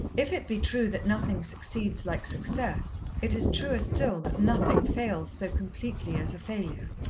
if it be true that nothing succeeds like success, it is truer still that nothing fails so completely as a failure.